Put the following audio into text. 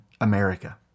America